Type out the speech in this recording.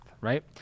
right